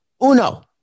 Uno